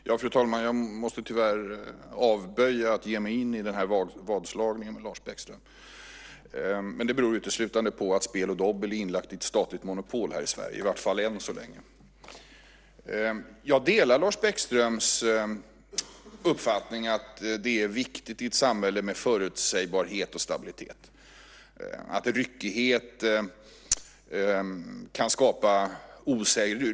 Fru talman! Jag måste tyvärr avböja att ge mig in i vadslagningen, men det beror uteslutande på att spel och dobbel är ett statligt monopol här i Sverige, i varje fall än så länge. Jag delar Lars Bäckströms uppfattning om att förutsägbarhet och stabilitet är viktigt i samhället.